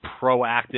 proactive